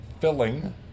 filling